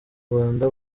rwanda